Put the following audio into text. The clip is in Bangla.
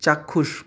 চাক্ষুষ